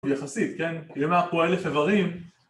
הוא יחסית, כן? כי אם היה פה אלף איברים